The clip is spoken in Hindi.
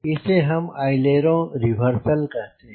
इसे हम अइलेरों रिवर्सल कहते हैं